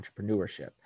entrepreneurship